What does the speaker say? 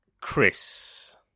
Chris